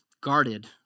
guarded